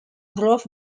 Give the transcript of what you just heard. drove